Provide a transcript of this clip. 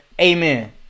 amen